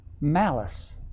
malice